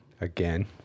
Again